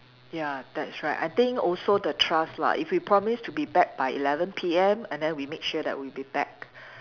ya that's right I think also the trust lah if we promise to be back by eleven P_M and then we make sure that we'll be back